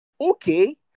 okay